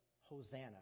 Hosanna